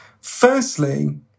Firstly